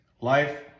Life